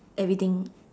everything